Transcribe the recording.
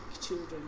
children